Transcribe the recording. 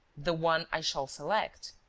the one i shall select.